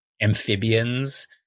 amphibians